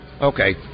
okay